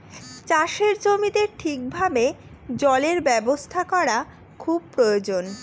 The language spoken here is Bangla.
চাষের জমিতে ঠিক ভাবে জলের ব্যবস্থা করা খুব প্রয়োজন